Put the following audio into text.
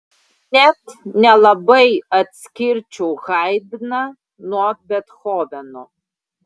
net nelabai atskirčiau haidną nuo bethoveno